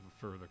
further